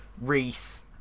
Reese